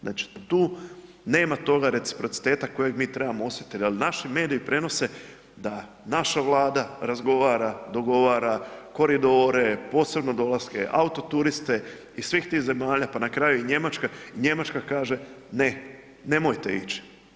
Znači tu nema toga reciprociteta kojeg mi trebamo osjetiti, da li naši mediji prenose da naša Vlada razgovara, dogovara koridore, posebne dolaske, autoturiste iz svih tih zemalja pa na kraju i Njemačka kaže ne, nemojte ić.